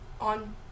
on